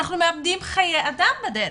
אנחנו מאבדים חיי אדם בדרך.